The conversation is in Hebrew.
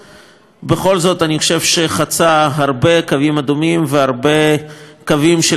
בכל זאת אני חושב שחצה הרבה קווים אדומים והרבה קווים של השכל הישר.